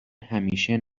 همیشه